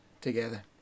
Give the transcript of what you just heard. together